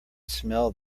smell